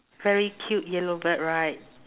very cute yellow bird right